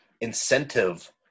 incentive